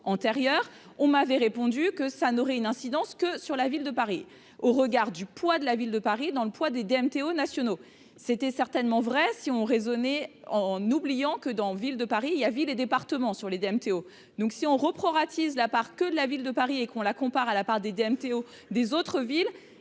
on m'avait répondu que ça n'aurait une incidence que sur la ville de Paris, au regard du poids de la ville de Paris dans le poids des DMTO nationaux, c'était certainement vrai si on en oubliant que dans une ville de Paris, il a, villes et départements sur les DMTO, donc si on reprend attise la part que de la ville de Paris et qu'on la compare à la part des DMTO des autres villes,